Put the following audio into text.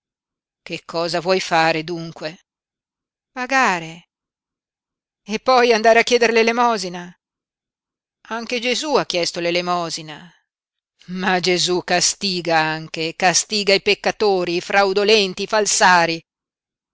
che cosa vuoi fare dunque pagare e poi andare a chieder l'elemosina anche gesú ha chiesto l'elemosina ma gesú castiga anche castiga i peccatori i fraudolenti i falsari